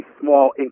small